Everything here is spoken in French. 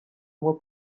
mois